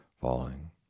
falling